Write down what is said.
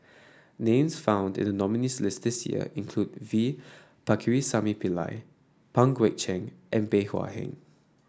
names found in the nominees' list this year include V Pakirisamy Pillai Pang Guek Cheng and Bey Hua Heng